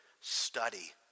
study